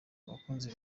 abakunzi